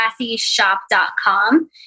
ClassyShop.com